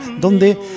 donde